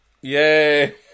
Yay